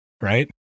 Right